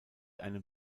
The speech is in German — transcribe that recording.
einem